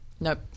Nope